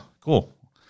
Cool